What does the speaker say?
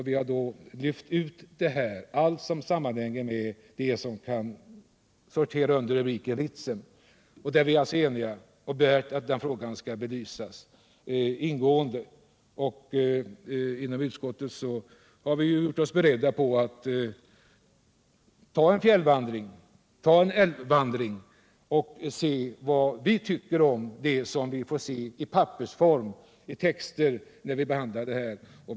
Vi har lyft ut allt som kan sorteras in under rubriken Ritsem. Vi är eniga om att frågan skall belysas ingående. Inom utskottet har vi berett oss på att göra en fjällvandring och ett Nr 52 besök efter älven för att se vad vi tycker om det som vi bara har sett Torsdagen den på papper.